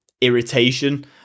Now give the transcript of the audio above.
irritation